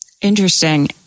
Interesting